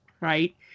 Right